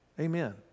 Amen